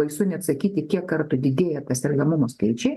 baisu net sakyti kiek kartų didėja ta sergamumo skaičiai